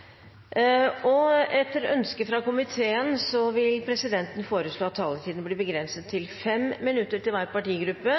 ferdigbehandlet. Etter ønske fra familie- og kulturkomiteen vil presidenten foreslå at taletiden blir begrenset til 5 minutter til hver partigruppe